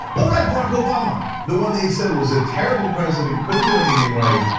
but right, barrack obama, the one they said was a terrible president, couldn't do anything right,